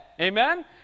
Amen